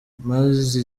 maze